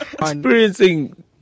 experiencing